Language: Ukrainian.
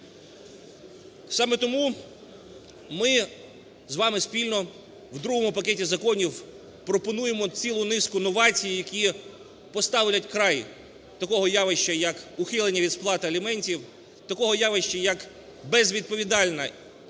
Саме тому ми з вами спільно в другому пакеті законів пропонуємо цілу низку новацій, які поставлять край такого явища, як ухилення від сплати аліментів, такого явища, як безвідповідальне